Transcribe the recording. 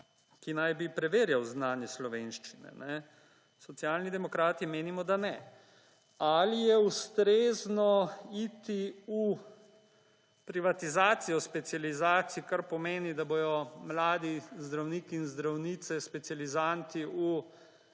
ki naj bi preverjal znanje slovenščine? Socialni demokrati menimo, da ne. Ali je ustrezno iti v privatizacijo specializacij, kar pomeni, da bodo mladi zdravniki in zdravnici, specializanti v